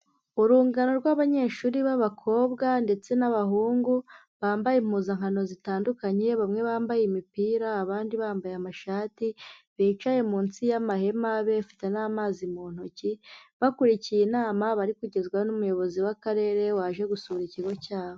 Urungano rw'abanyeshuri b'abakobwa ndetse n'abahungu bambaye impuzankano zitandukanye, bamwe bambaye imipira, abandi bambaye amashati, bicaye munsi y'amahema bafite n'amazi mu ntoki, bakurikiye inama bari kugezwaho n'Umuyobozi w'Akarere waje gusura ikigo cyabo.